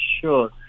sure